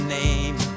name